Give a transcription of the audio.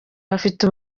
bafite